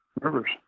rivers